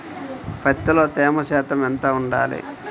పత్తిలో తేమ శాతం ఎంత ఉండాలి?